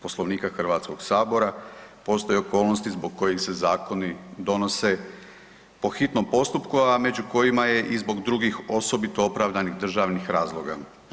Poslovnika Hrvatskog sabora postoje okolnosti zbog kojih se zakoni donose po hitnom postupku, a među kojima je i zbog drugih osobito opravdanih državnih razloga.